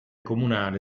comunale